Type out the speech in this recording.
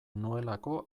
nuelako